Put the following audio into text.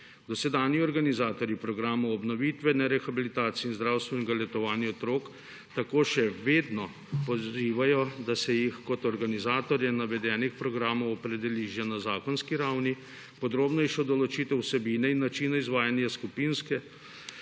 Dosedanji organizatorji programov obnovitvene rehabilitacije in zdravstvenega letovanja otrok tako še vedno pozivajo, da se jih kot organizatorje navedenih programov opredeli že na zakonski ravni, podrobnejšo določitev vsebine in načina izvajanja skupinskih